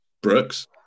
Brooks